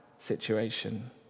situation